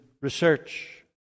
research